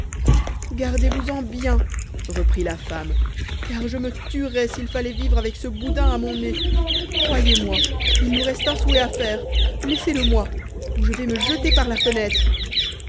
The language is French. gardez-vous-en bien reprit la femme car je me tuerais s'il fallait vivre avec ce boudin qui est à mon nez croyez-moi il nous reste un souhait à faire laissez-le moi ou je vais me jeter par la fenêtre